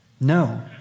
No